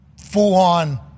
full-on